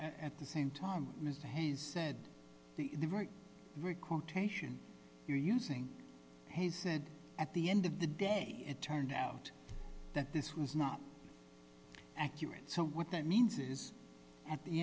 at the same time mr hayes said the the right we quotation you're using has said at the end of the day it turned out that this was not accurate so what that means is at the